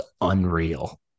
unreal